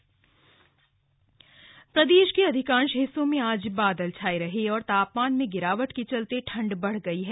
मौसम प्रदेश के अधिकांश हिस्सों में आज बादल छाए रहे और तापमान में गिरावट के चलते ठंड बढ़ गई है